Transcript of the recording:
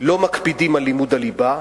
לא מקפידים על לימוד הליבה.